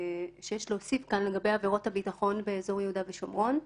שיש להוסיף כאן לגבי עבירות הביטחון באזור יהודה ושומרון,